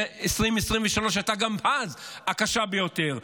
2023 הייתה גם כן הקשה ביותר: